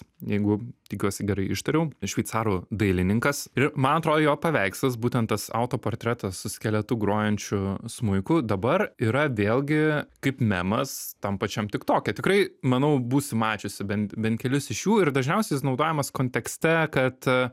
jeigu tikiuosi gerai ištariau šveicarų dailininkas ir man atrodo jo paveikslas būtent tas autoportretas su skeletu grojančiu smuiku dabar yra vėlgi kaip memas tam pačiam tik toke tikrai manau būsi mačiusi bent bent kelis iš jų ir dažniausiai jis naudojamas kontekste kad